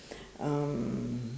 um